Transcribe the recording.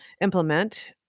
implement